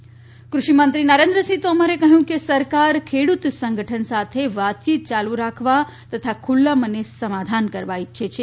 તોમર કૃષિ મંત્રી નરેન્દ્રસિંહ તોમરે કહ્યું કે સરકાર ખેડૂત સંગઠન સાથે વાતયીત ચાલુ રાખવા તથા ખુલ્લા મને સમાધાન કરવા ઇચ્છે છે